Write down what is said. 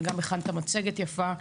וגם הכנת מצגת יפה.